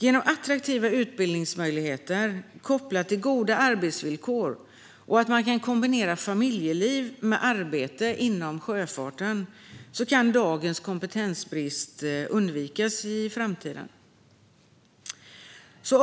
Genom attraktiva utbildningsmöjligheter kopplat till goda arbetsvillkor och att man kan kombinera familjeliv med arbete inom sjöfarten kan dagens kompetensbrist undvikas i framtiden.